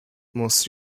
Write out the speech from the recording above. most